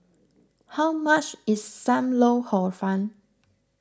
how much is Sam Lau Hor Fun